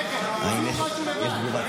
בחייכם, תעשו משהו לבד.